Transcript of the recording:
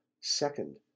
Second